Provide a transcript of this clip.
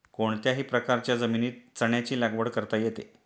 कोणत्याही प्रकारच्या जमिनीत चण्याची लागवड करता येते